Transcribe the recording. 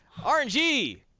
RNG